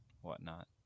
whatnot